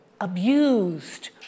abused